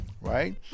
right